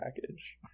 package